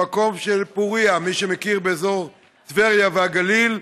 במקום של פוריה, מי שמכיר, באזור טבריה והגליל,